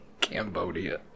Cambodia